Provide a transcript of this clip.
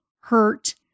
hurt